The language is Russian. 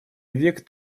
век